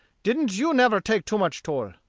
didn't you never take too much toll?